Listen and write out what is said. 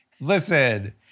Listen